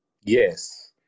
Yes